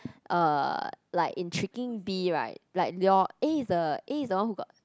uh like in tricking B right like they all A is the A is the one who got